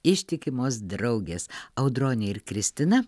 ištikimos draugės audronė ir kristina